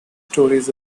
stories